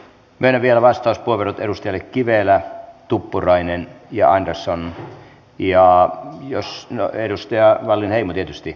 myönnän vielä vastauspuheenvuorot edustajille kivelä tuppurainen ja andersson ja edustaja wallinheimolle tietysti